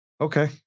Okay